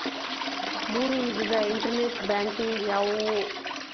ಮೂರು ವಿಧದ internet banking ಯಾವುವು?